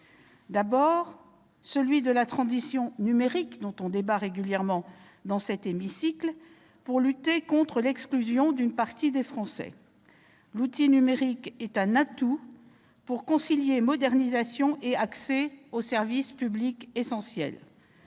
d'abord, au levier de la transition numérique, régulièrement débattu dans cet hémicycle, pour lutter contre l'exclusion d'une partie des Français. L'outil numérique est un atout pour concilier modernisation et accès aux services publics essentiels